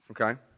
Okay